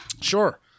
Sure